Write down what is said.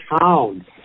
town